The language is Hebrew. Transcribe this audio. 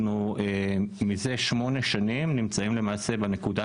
אנחנו מזה שמונה שנים נמצאים למעשה בנקודה